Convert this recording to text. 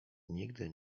nigdy